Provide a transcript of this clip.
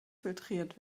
filtriert